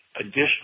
additional